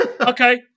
Okay